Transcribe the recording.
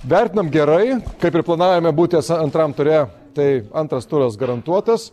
vertinam gerai kaip ir planavome būti esą antram ture tai antras turas garantuotas